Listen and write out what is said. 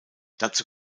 dazu